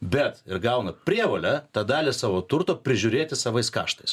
bet ir gaunu prievolę tą dalį savo turto prižiūrėti savais kaštas